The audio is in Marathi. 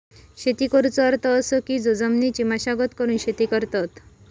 शेती करुचो अर्थ असो की जो जमिनीची मशागत करून शेती करतत